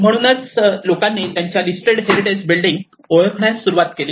म्हणूनच लोकांनी त्यांच्या लिस्टेड हेरिटेज बिल्डिंग ओळखण्यास सुरवात केली